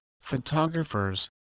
photographers